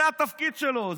זה התפקיד שלו.